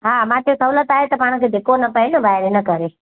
हा मूंखे सहूलियत आहे त पाण खे धिको न पए ॿाहिरि इन करे